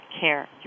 care